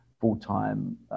full-time